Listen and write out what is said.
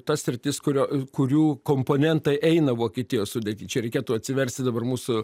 ta sritis kurio kurių komponentai eina vokietijos sudėty čia reikėtų atsiversti dabar mūsų